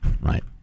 Right